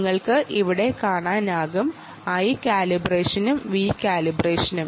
നിങ്ങൾക്ക് ഇവിടെ i കാലിബ്രേഷനും v കാലിബ്രേഷനും